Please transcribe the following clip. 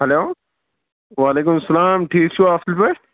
hello وعلیکم اسلام ٹھیٖک چھِو اصل پٲٹھۍ